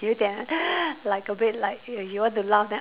有点 like a bit like you you want to laugh then